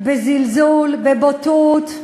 מתייחסים אליהן בזלזול, בבוטות,